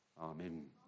Amen